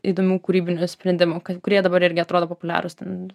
įdomių kūrybinių sprendimų kurie dabar irgi atrodo populiarūs ten